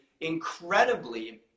incredibly